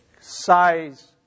size